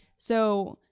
so,